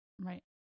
right